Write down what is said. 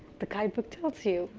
the guidebook tells you.